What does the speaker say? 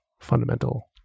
fundamental